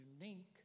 unique